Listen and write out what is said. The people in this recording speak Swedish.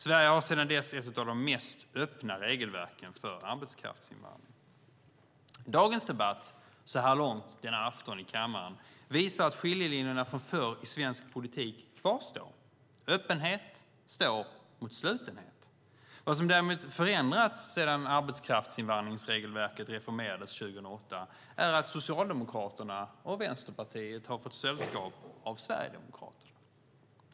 Sverige har sedan dess ett av de mest öppna regelverken för arbetskraftsinvandring. Dagens debatt så här långt, denna afton i kammaren, visar att skiljelinjerna från förr i svensk politik kvarstår. Öppenhet står mot slutenhet. Det som däremot har förändrats sedan arbetskraftsinvandringsregelverket reformerades 2008 är att Socialdemokraterna och Vänsterpartiet har fått sällskap av Sverigedemokraterna.